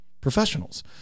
professionals